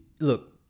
Look